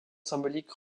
symboliques